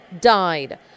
died